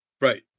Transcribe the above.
Right